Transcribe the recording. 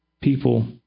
people